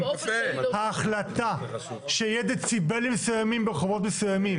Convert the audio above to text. ההחלטה שיהיו דציבלים מסוימים ברחובות מסוימים,